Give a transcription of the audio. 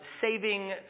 saving